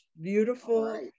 Beautiful